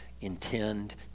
intend